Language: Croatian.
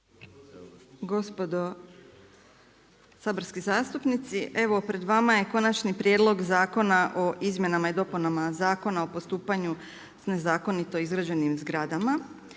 Gospodo saborski zastupnici, evo pred vama je Konačni prijedlog zakona o izmjenama i dopunama Zakona o postupanju sa nezakonitom izgrađenim zgradama.